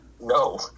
no